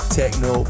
techno